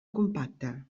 compacte